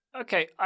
Okay